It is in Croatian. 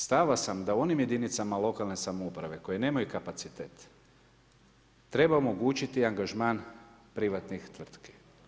Stava sam da u onim jedinicama lokalne samouprave koje nemaju kapacitet trebaju omogućiti angažman privatnih tvrtki.